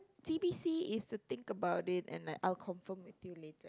T_B_C is to think about it and I'll confirm with you later